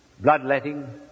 bloodletting